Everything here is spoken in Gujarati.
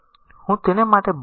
હું તેને માટે બનાવું છું